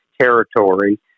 territory